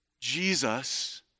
Jesus